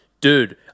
dude